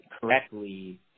correctly